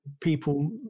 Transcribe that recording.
people